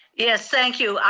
yes, thank you.